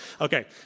Okay